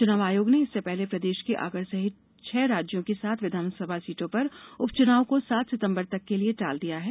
चुनाव आयोग ने इससे पहले प्रदेश की आगर सहित सहित छह राज्यों की सात विधानसभा सीटों पर उपचुनाव को सात सितंबर तक के लिए टाल दिया है